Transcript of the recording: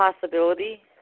possibility